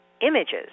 images